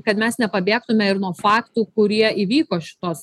kad mes nepabėgtume ir nuo faktų kurie įvyko šitos